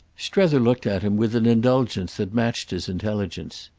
strether looked at him with an indulgence that matched his intelligence.